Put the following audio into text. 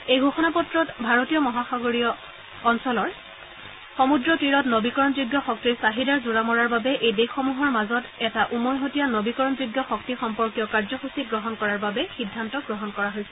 এই ঘোষণাপত্ৰত ভাৰতীয় মহাসাগৰীয় অঞ্চলৰ সমূদ্ৰ তীৰত নবীকৰণ যোগ্য শক্তিৰ চাহিদাৰ জোৰা মৰাৰ বাবে এই দেশসমূহৰ মাজত এটা উমৈহতীয়া নবীকৰণ যোগ্য শক্তি সম্পৰ্কীয় কাৰ্যসূচী গ্ৰহণ কৰাৰ বাবে সিদ্ধান্ত গ্ৰহণ কৰা হৈছে